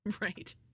right